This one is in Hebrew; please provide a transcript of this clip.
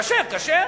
כשר, כשר.